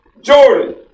Jordan